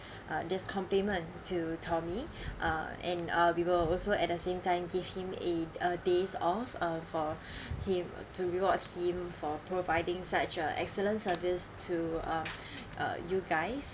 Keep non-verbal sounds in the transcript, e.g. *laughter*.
uh this compliment to tommy *breath* uh and uh we will also at the same time give him it a day off uh for *breath* him to reward him for providing such a excellent service to uh *breath* uh you guys